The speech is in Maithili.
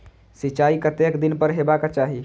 सिंचाई कतेक दिन पर हेबाक चाही?